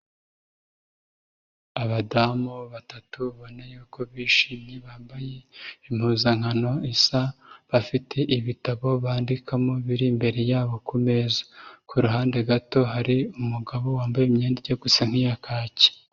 Abadamu batatu ubabona yuko bishimye, bambaye impuzankano isa, bafite ibitabo bandikamo biri imbere yabo ku meza, ku ruhande gato hari umugabo wambaye imyenda yenda gusa nk'iya kacye.